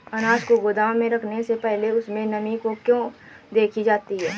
अनाज को गोदाम में रखने से पहले उसमें नमी को क्यो देखी जाती है?